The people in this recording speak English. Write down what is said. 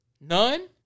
none